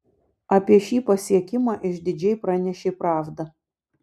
apie šį pasiekimą išdidžiai pranešė pravda